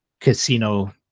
casino